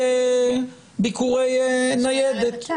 ניידת?